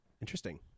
interesting